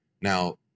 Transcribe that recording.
Now